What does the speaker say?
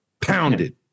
Pounded